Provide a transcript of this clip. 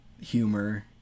humor